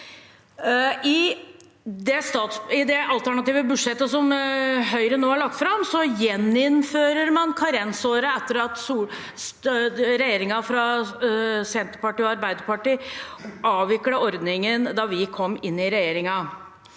I det alternative budsjettet som Høyre nå har lagt fram, gjeninnfører man karensåret, etter at Arbeiderpartiet og Senterpartiet avviklet ordningen da vi kom i regjering.